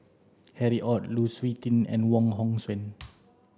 Harry Ord Lu Suitin and Wong Hong Suen